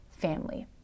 family